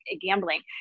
gambling